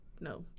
no